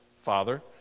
Father